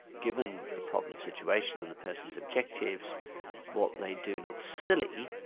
given the problem situation and the person's objectives what they do looks silly,